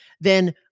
then-